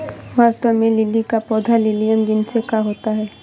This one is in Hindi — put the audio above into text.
वास्तव में लिली का पौधा लिलियम जिनस का होता है